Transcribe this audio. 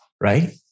Right